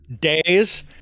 days